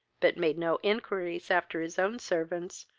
but made no inquiries after his own servants,